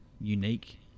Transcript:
unique